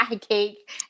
cake